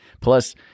Plus